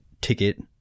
ticket